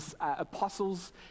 apostles